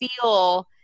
feel